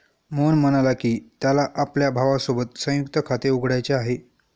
मोहन म्हणाला की, त्याला आपल्या भावासोबत संयुक्त खाते उघडायचे आहे